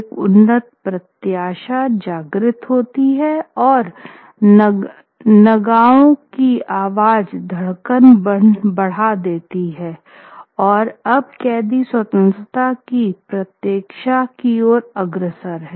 एक उन्नत प्रत्याशा जागृत होती है और नगाओं की आवाज़ धड़कन बढ़ा देती है की अब कैदी स्वतंत्रता की प्रत्याशा की और अग्रसर हैं